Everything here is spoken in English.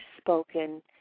spoken